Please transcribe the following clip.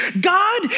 God